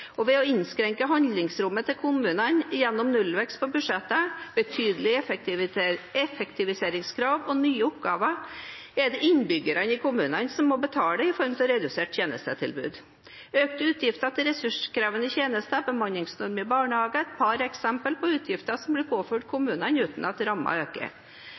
kommunene gjennom nullvekst på budsjettene, betydelige effektiviseringskrav og nye oppgaver, er det innbyggerne i kommunene som må betale i form av et redusert tjenestetilbud. Økte utgifter til ressurskrevende tjenester og bemanningsnorm i barnehagene er et par eksempler på utgifter som blir påført kommunene uten at rammen øker.